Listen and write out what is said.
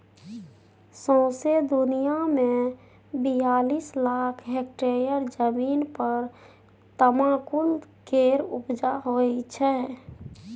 सौंसे दुनियाँ मे बियालीस लाख हेक्टेयर जमीन पर तमाकुल केर उपजा होइ छै